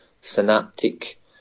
synaptic